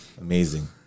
Amazing